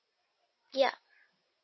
ya